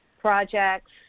projects